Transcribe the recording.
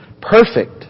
Perfect